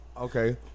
Okay